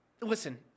listen